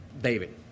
David